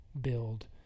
build